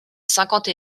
cinquante